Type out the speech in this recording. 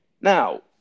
Now